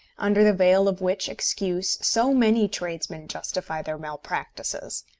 under the veil of which excuse so many tradesmen justify their malpractices!